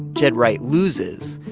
ged wright loses,